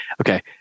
Okay